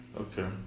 Okay